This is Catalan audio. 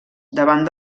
davant